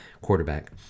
quarterback